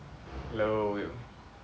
hello